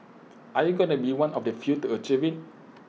are you gonna be one of the few to achieve IT